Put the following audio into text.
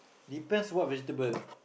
depends what vegetable